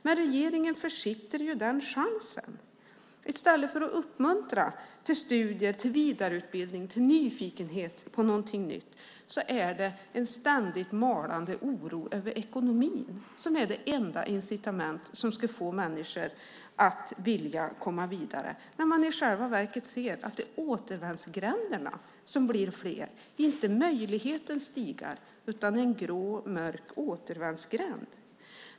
Men regeringen försitter den chansen. I stället för att uppmuntra till studier, till vidareutbildning och till nyfikenhet på någonting nytt är det en ständigt malande oro över ekonomin som är det enda incitament som ska få människor att vilja komma vidare. Man ser ju att det i själva verket är återvändsgränderna som blir fler. Det är inte möjlighetens stigar, utan en grå mörk återvändsgränd.